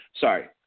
sorry